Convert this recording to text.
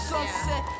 Sunset